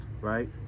right